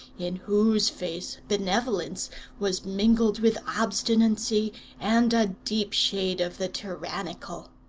in whose face benevolence was mingled with obstinacy and a deep shade of the tyrannical.